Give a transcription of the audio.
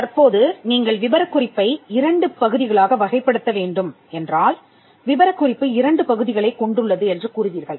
தற்போது நீங்கள் விபரக்குறிப்பை இரண்டு பகுதிகளாக வகைப்படுத்த வேண்டும் என்றால்விவரக்குறிப்பு இரண்டு பகுதிகளைக் கொண்டுள்ளது என்று கூறுவீர்கள்